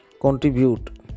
contribute